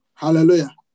Hallelujah